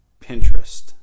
Pinterest